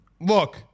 look